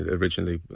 originally